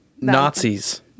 Nazis